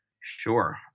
sure